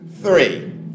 three